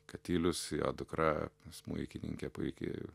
katilius jo dukra smuikininkė puiki